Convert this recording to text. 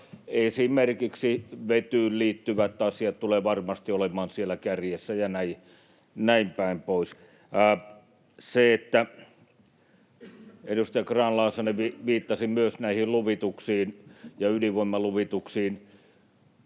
Esimerkiksi vetyyn liittyvät asiat tulevat varmasti olemaan siellä kärjessä, ja näinpäin pois. Edustaja Grahn-Laasonen viittasi luvituksiin ja ydinvoimaluvituksiin: